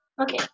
Okay